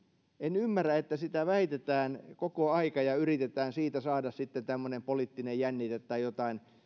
en ymmärrä että sitä väitetään koko ajan ja yritetään siitä saada sitten tämmöinen poliittinen jännite tai